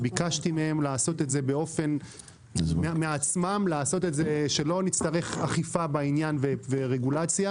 וביקשתי לעשות את זה מעצמם כדי שלא נצטרך אכיפה ורגולציה בעניין.